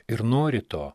ir nori to